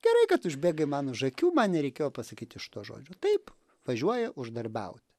gerai kad užbėgai man už akių man nereikėjo pasakyti iš to žodžio taip važiuoja uždarbiauti